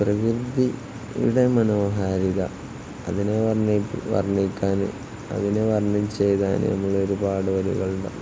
പ്രകൃതിയുടെ മനോഹാരിത അതിനെ വർണ്ണിക്കാന് അതിനെ വർണ്ണിച്ചെഴുതാന് നമ്മുടെ ഒരുപാട്